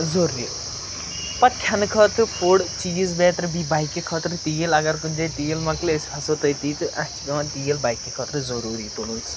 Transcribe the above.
ضوٚری پَتہٕ کھٮ۪نہٕ خٲطرٕ فُڈ چیٖز بیتَر بیٚیہِ بایکہِ خٲطرٕ تیٖل اگر کُنہِ جایہِ تیٖل مۄکلہِ أسۍ ہَسو تٔتی تہٕ اَسہِ چھِ پٮ۪وان تیٖل بایکہِ خٲطرٕ ضٔروٗری تُلٕنۍ سُہ